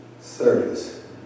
service